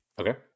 Okay